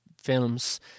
films